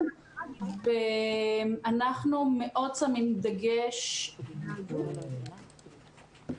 אנחנו שמים דגש מאוד מאוד גדול בנושא ההסברה.